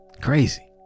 crazy